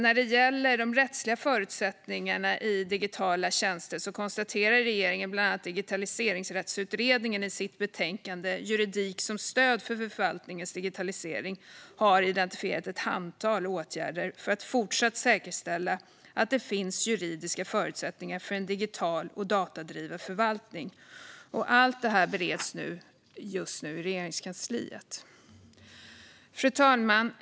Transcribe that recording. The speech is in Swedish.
När det gäller de rättsliga förutsättningarna i digitala tjänster konstaterar regeringen bland annat att Digitaliseringsrättsutredningen i sitt betänkande Juridik som stöd för förvaltningens digitalisering har identifierat ett antal åtgärder för att fortsätta att säkerställa att det finns juridiska förutsättningar för en digital och datadriven förvaltning. Allt detta bereds just nu i Regeringskansliet. Fru talman!